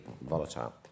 volatile